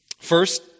First